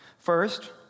First